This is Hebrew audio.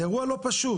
זה אירוע לא פשוט.